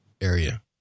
area